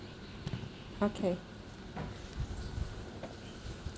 okay